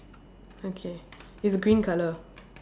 okay it's green colour